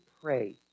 pray